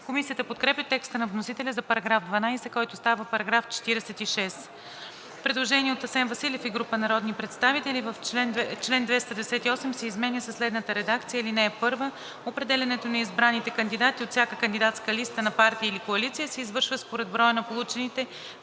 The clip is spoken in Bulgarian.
Комисията подкрепя текста на вносителя за § 15, който става § 54. Предложение от Асен Василев и група народни представители: „Чл. 386 се изменя със следната редакция: „(1) Определянето на избраните кандидати от всяка кандидатска листа на партия или коалиция се извършва според броя на получените